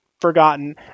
Forgotten